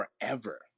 forever